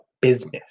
business